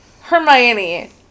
Hermione